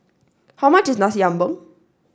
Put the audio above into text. how much is Nasi Ambeng